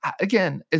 again